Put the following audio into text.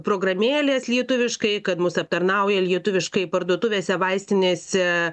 programėlės lietuviškai kad mus aptarnauja lietuviškai parduotuvėse vaistinėse